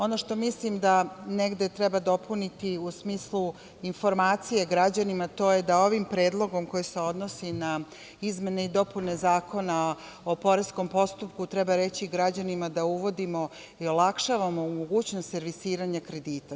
Ono što mislim da negde treba dopuniti u smislu informacije građanima a to je da ovim predlogom koji se odnosi na izmene i dopune Zakona o poreskom postupku, treba reći građanima da uvodimo i olakšavamo mogućnost servisiranja kredita.